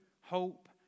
hope